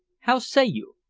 how say you?